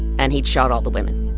and he'd shot all the women